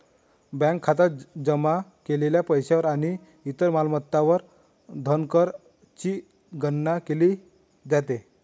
bank खात्यात जमा केलेल्या पैशावर आणि इतर मालमत्तांवर धनकरची गणना केली जाते